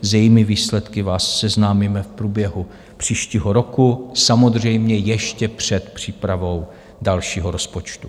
S jejími výsledky vás seznámíme v průběhu příštího roku, samozřejmě ještě před přípravou dalšího rozpočtu.